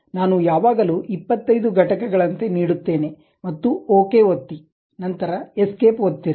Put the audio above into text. ನಾನು ಯಾವಾಗಲೂ 25 ಘಟಕಗಳಂತೆ ನೀಡುತ್ತೇನೆ ಮತ್ತು ಓಕೆ ಒತ್ತಿ ನಂತರ ಎಸ್ಕೇಪ್ ಒತ್ತಿರಿ